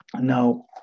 Now